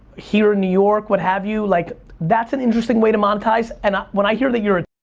here in new york, what have you, like that's an interesting way to monetize and when i hear that you're a,